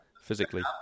physically